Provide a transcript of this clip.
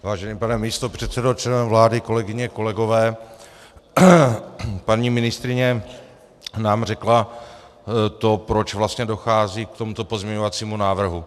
Vážený pane místopředsedo, členové vlády, kolegyně, kolegové, paní ministryně nám řekla, proč vlastně dochází k tomuto pozměňovacímu návrhu.